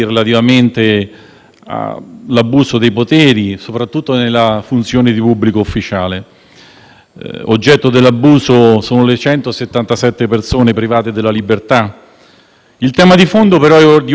Oggetto dell'abuso sono le 177 persone private della libertà. Il tema di fondo però è di ordine giuridico, come è stato trattato in maniera esaustiva in tutti gli interventi e direi